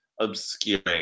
obscuring